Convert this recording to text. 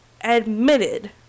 admitted